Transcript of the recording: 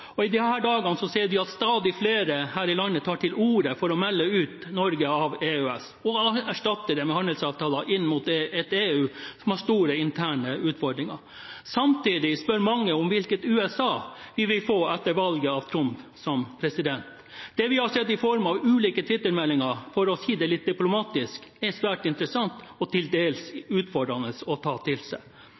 I disse dager ser vi at stadig flere her i landet tar til orde for å melde Norge ut av EØS og erstatte det med handelsavtaler med et EU som har store interne utfordringer. Samtidig spør mange seg hva slags USA vi vil få etter valget av Trump som president. Det vi har sett i form av ulike Twitter-meldinger, er – for å si det litt diplomatisk – svært interessant og til dels utfordrende å ta til seg.